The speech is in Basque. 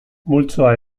multzoa